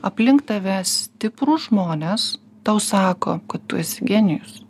aplink tave stiprūs žmonės tau sako kad tu esi genijus